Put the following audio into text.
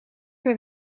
per